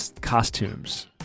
costumes